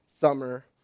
summer